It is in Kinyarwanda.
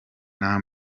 nta